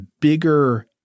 bigger –